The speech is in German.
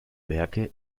werke